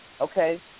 okay